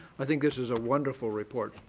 i think this is a wonderful report,